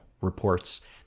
reports